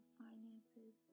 finances